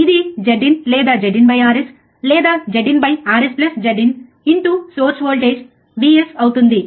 ఇది Zin లేదా ZinRs లేదాZ in RsZin into source voltage Vs అవుతుంది